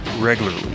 regularly